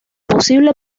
posible